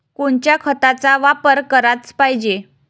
कोनच्या खताचा वापर कराच पायजे?